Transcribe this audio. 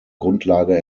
grundlage